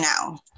now